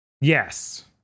Yes